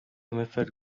muffled